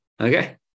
okay